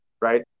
right